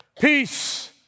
peace